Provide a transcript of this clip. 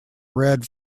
red